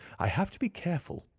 i have to be careful,